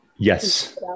Yes